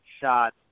shot